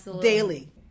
daily